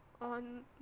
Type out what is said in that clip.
on